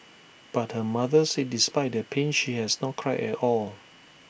but her mother said despite the pain she has not cried at all